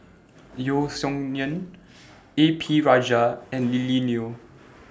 Yeo Song Nian A P Rajah and Lily Neo